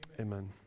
Amen